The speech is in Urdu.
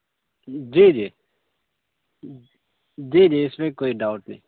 جی جی جی جی اس میں کوئی ڈاؤٹ نہیں